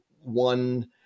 one